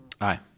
Aye